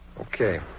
Okay